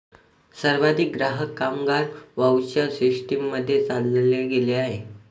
सर्वाधिक ग्राहक, कामगार व्हाउचर सिस्टीम मध्ये चालले गेले आहे